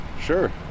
sure